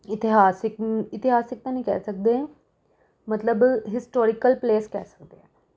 ਇਤਿਹਾਸਕ ਇਤਿਹਾਸਕ ਤਾਂ ਨਹੀਂ ਕਹਿ ਸਕਦੇ ਮਤਲਬ ਹਿਸਟੋਰੀਕਲ ਪਲੇਸ ਕਹਿ ਸਕਦੇ ਹਾਂ